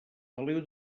feliu